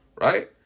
right